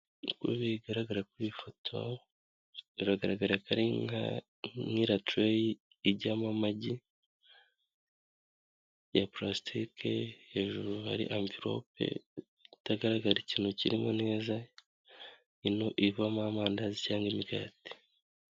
Nk'uko bigaragara kuri iyi foto, biragaragara ko ari nk'iriya trey ijyamo amagi ya plastique, hejuru hari anvelope itagaragara ikintu kirimo neza, ino ivamo amandazi cyangwa imigati.